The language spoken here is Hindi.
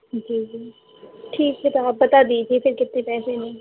जी जी ठीक है तो आप बता दीजिए फिर कितने पैसे लें